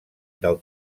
del